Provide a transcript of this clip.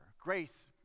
Grace